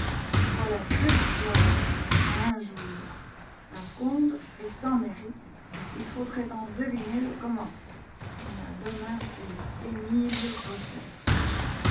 voilà deux victoires en un jour la seconde est sans mérite il faudrait en deviner le comment mais à demain les pénibles recherches